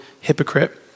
hypocrite